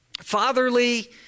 fatherly